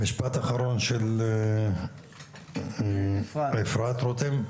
משפט אחרון של אפרת רותם,